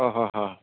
অঁ হয় হয়